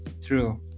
true